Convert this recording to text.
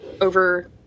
over